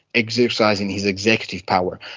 exercising his executive power.